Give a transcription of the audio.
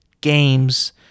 games